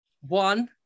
One